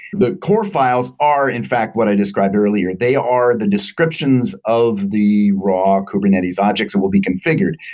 the core files are in fact what i described earlier. they are the descriptions of the raw kubernetes objects that will be configured.